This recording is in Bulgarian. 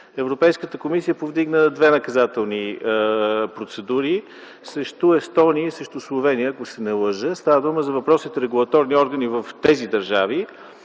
Европейската комисия повдигна две наказателни процедури срещу Естония и срещу Словения. Става дума за регулаторни органи в тези държави.